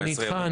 אני איתך.